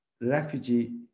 refugee